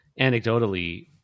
anecdotally